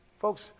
Folks